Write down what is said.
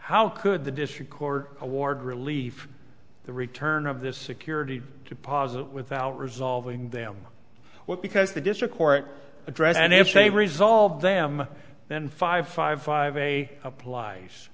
how could the district court award relief the return of this security deposit without resolving them what because the district court address and if they resolve them then five five five a day applies